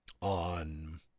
On